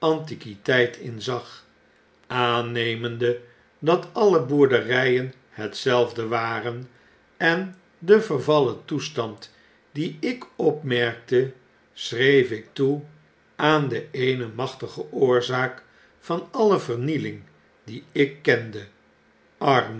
antiquiteit in zag aannemende dat alle boerderyen hetzelfde waren en den vervallen toestand dien ik opmerkte schreefik toe aan de eene machtige oorzaak van alle vernieling die ik kende